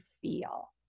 feel